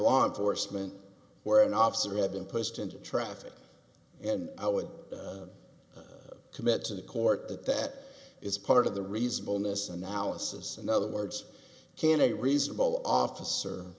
law enforcement where an officer had been pushed into traffic and i would commit to the court that that is part of the reasonableness analysis in other words can a reasonable officer